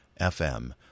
FM